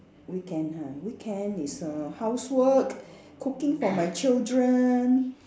weekend ha weekend is err housework cooking for my children